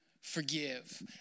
Forgive